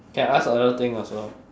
can ask other thing also